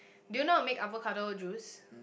do you know how to make avocado juice